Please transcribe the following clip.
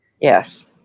Yes